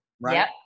right